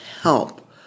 help